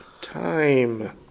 time